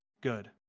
good